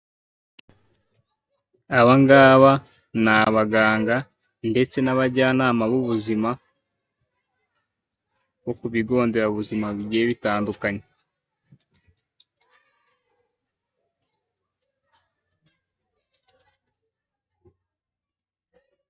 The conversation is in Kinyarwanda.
Aba ngaba ni abaganga ndetse n'abajyanama bu buzima, bo ku bigonderabuzima bigiye bitandukanye.